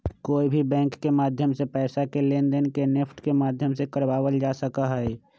कोई भी बैंक के माध्यम से पैसा के लेनदेन के नेफ्ट के माध्यम से करावल जा सका हई